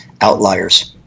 Outliers